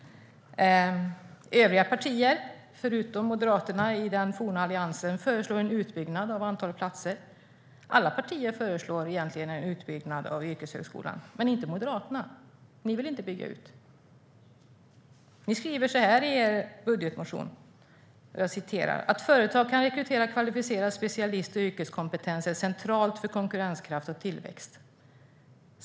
Övriga partier i den forna Alliansen, förutom Moderaterna, föreslår en utbyggnad av antalet platser. Alla partier föreslår egentligen en utbyggnad av yrkeshögskolan, men inte Moderaterna. Moderaterna vill inte bygga ut den. Ni skriver i er budgetmotion: Att företag kan rekrytera kvalificerade specialister och yrkeskompetens är centralt för konkurrenskraft och tillväxt.